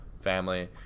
family